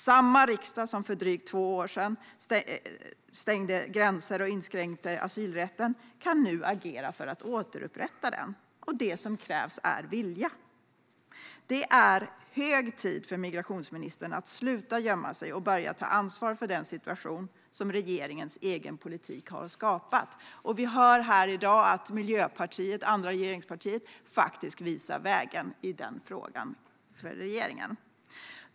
Samma riksdag som för drygt två år sedan stängde gränser och inskränkte asylrätten kan nu agera för att återupprätta den, och det som krävs är vilja. Det är hög tid för migrationsministern att sluta gömma sig och att börja ta ansvar för den situation som regeringens egen politik har skapat. Vi hör här i dag att Miljöpartiet - det andra regeringspartiet - visar vägen i denna fråga för regeringen.